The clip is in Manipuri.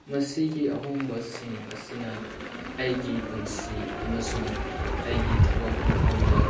ꯃꯁꯤꯒꯤ ꯑꯍꯣꯡꯕꯁꯤꯡ ꯑꯁꯤꯅ ꯑꯩꯒꯤ ꯄꯨꯟꯁꯤ ꯑꯃꯁꯨꯡ ꯑꯩꯒꯤ ꯊꯕꯛ ꯃꯐꯝꯗ